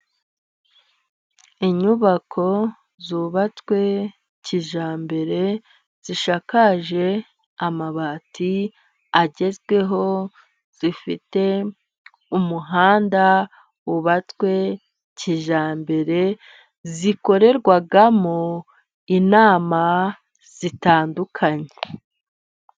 Inyubako zubatswe kijyambere zishakaje amabati agezweho. Zifite umuhanda wubatswe kijyambere, zikorerwamo inama zitandukanye.